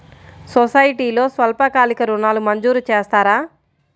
సొసైటీలో స్వల్పకాలిక ఋణాలు మంజూరు చేస్తారా?